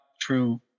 true